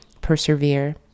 persevere